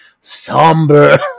somber